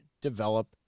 develop